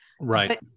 Right